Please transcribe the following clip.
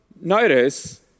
notice